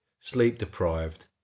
sleep-deprived